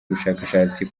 ubushakashatsi